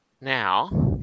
now